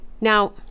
Now